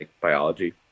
biology